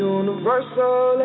universal